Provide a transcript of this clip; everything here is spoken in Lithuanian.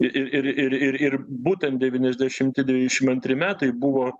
ir ir ir ir ir būtent devyniasdešimti devyniasdešimt antri metai buvo